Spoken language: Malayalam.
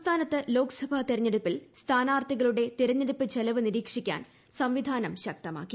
സംസ്ഥാനത്ത് ലോക്സ്ഭാ തിരഞ്ഞെടുപ്പിൽ ന് സ്ഥാനാർത്ഥികളുടെ ്തിരഞ്ഞെടുപ്പ് ചെല്വ് നിരീക്ഷിക്കാൻ സ്ക്വിധാനം ശക്തമാക്കി